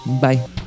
bye